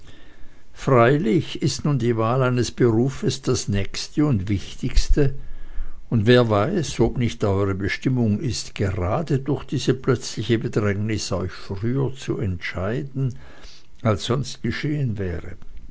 freilich ist nun die wahl eines berufes das nächste und wichtigste und wer weiß ob nicht euere bestimmung ist gerade durch diese plötzliche bedrängnis euch früher zu entscheiden als sonst geschehen wäre